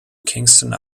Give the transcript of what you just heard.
kingston